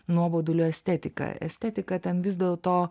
nuobodulio estetiką estetika ten vis dėl to